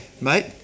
mate